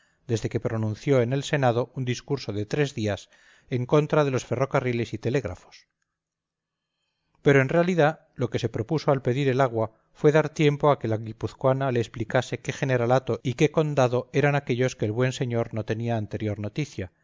desde que pronunció en el senado un discurso de tres días en contra de los ferrocarriles y telégrafos pero en realidad lo que se propuso al pedir el agua fue dar tiempo a que la guipuzcoana le explicase qué generalato y qué condado eran aquellos de que el buen señor no tenía anterior noticia